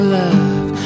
love